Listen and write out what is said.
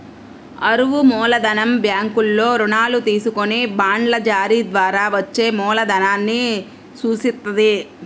అరువు మూలధనం బ్యాంకుల్లో రుణాలు తీసుకొని బాండ్ల జారీ ద్వారా వచ్చే మూలధనాన్ని సూచిత్తది